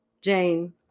Jane